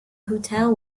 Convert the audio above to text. hotel